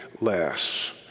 less